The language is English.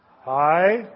Hi